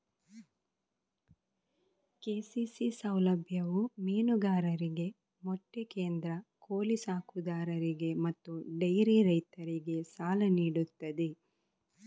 KCC ಸೌಲಭ್ಯವು ಮೀನುಗಾರರಿಗೆ, ಮೊಟ್ಟೆ ಕೇಂದ್ರ, ಕೋಳಿ ಸಾಕುದಾರರಿಗೆ ಮತ್ತು ಡೈರಿ ರೈತರಿಗೆ ಸಾಲ ನೀಡುತ್ತದೆ